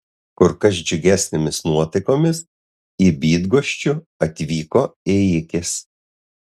kur kas džiugesnėmis nuotaikomis į bydgoščių atvyko ėjikės